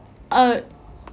uh